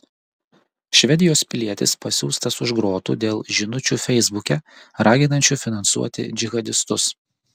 švedijos pilietis pasiųstas už grotų dėl žinučių feisbuke raginančių finansuoti džihadistus